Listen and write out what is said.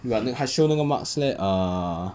but then 他 show 那个 marks leh err